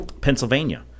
Pennsylvania